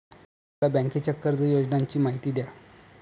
मला बँकेच्या कर्ज योजनांची माहिती द्या